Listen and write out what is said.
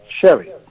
sherry